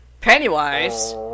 pennywise